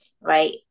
right